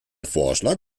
vorschlag